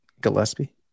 gillespie